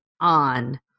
on